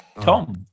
tom